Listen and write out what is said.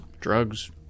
drugs